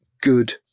good